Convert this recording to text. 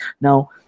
Now